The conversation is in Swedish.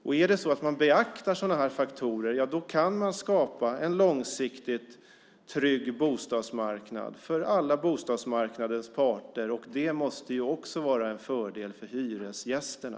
Om man beaktar sådana faktorer kan man skapa en långsiktigt trygg bostadsmarknad för alla bostadsmarknadens parter. Det måste också vara en fördel för hyresgästerna.